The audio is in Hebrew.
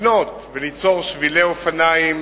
לבנות וליצור שבילי אופניים.